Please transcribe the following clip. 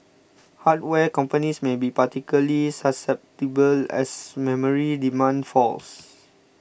hardware companies may be particularly susceptible as memory demand falls